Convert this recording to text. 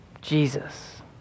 Jesus